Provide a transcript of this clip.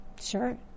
Sure